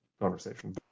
conversation